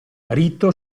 ritto